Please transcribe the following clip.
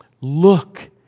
look